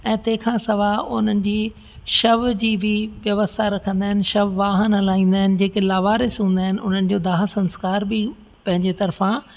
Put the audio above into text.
ऐं तंहिंखां सवाइ उन्हनि जी शव जी बि व्यवस्था रखंदा आहिनि शव वाहन हलाईंदा आहिनि जेके लावारिस हूंदा आहिनि उन्हनि जो दाह संस्कार बि पंहिंजे तर्फ़ां